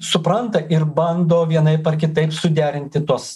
supranta ir bando vienaip ar kitaip suderinti tuos